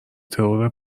ترور